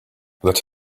let